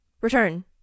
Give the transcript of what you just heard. Return